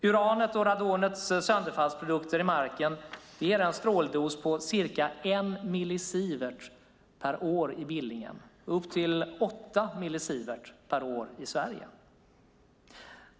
Uranets och radonets sönderfallsprodukter i marken ger en stråldos på ca 1 millisievert per år i Billingen och upp till 8 millisievert per år i Sverige.